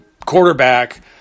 quarterback